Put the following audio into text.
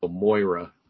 Moira